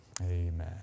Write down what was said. Amen